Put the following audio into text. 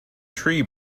tree